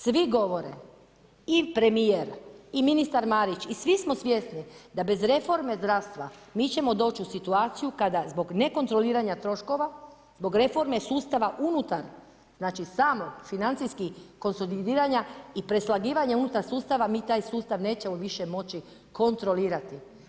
Svi govore, i premijer i ministar Marić, i svi smo svjesni da bez reforme zdravstva mi ćemo doći u situaciju kada zbog ne kontroliranja troškova, zbog reforme sustava unutar znači samo financijski konsolidiranja i preslagivanja unutar sustav, mi taj sustav nećemo više moći kontrolirati.